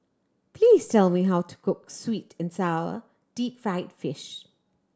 please tell me how to cook sweet and sour deep fried fish